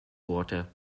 water